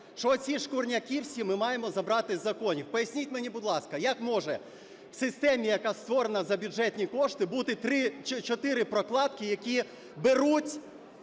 що оці шкурняки всі ми маємо забрати з законів. Поясніть мені, будь ласка, як може в системі, яка створена за бюджетні кошти, бути 3-4 прокладки, які беруть